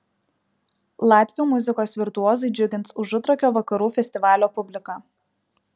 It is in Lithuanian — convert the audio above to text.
latvių muzikos virtuozai džiugins užutrakio vakarų festivalio publiką